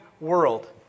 world